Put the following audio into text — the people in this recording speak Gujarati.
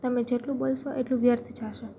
તમે જેટલું બોલશો એટલું વ્યર્થ જશો